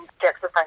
Jackson